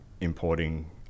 importing